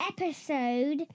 episode